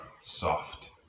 soft